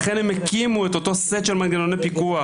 לכן, הם הקימו את אותו סט של מנגנוני פיקוח.